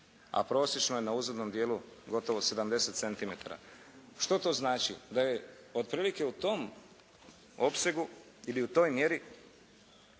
a prosječno je na uzvodnom dijelu gotovo 70 centimetara. Što to znači? Da je otprilike u tom opsegu ili u toj mjeri